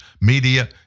media